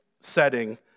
setting